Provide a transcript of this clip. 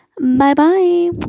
Bye-bye